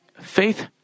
faith